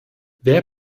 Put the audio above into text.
wer